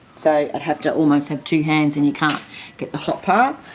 so i'd have to almost have two hands, and you can't get the hot part.